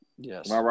Yes